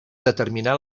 determinar